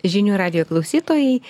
žinių radijo klausytojai